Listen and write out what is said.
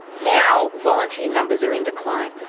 now, volunteer numbers are in decline.